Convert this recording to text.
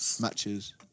matches